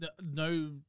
No